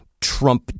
Trump